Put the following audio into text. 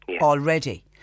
already